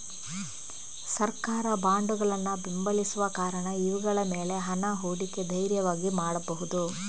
ಸರ್ಕಾರ ಬಾಂಡುಗಳನ್ನ ಬೆಂಬಲಿಸುವ ಕಾರಣ ಇವುಗಳ ಮೇಲೆ ಹಣ ಹೂಡಿಕೆ ಧೈರ್ಯವಾಗಿ ಮಾಡ್ಬಹುದು